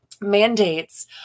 mandates